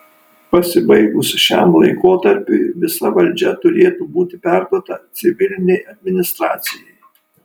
pasibaigus šiam laikotarpiui visa valdžia turėtų būti perduota civilinei administracijai